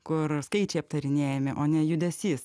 kur skaičiai aptarinėjami o ne judesys